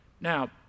Now